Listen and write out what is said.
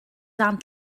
aunt